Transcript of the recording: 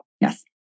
Yes